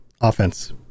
offense